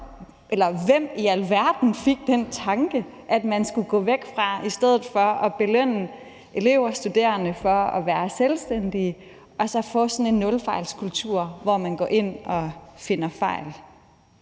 Hvem i alverden fik den tanke, at man skulle gå væk fra at belønne elever og studerende for at være selvstændige og så i stedet få sådan en nulfejlskultur, hvor man går ind og finder fejl?